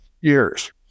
years